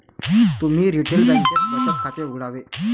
तुम्ही रिटेल बँकेत बचत खाते उघडावे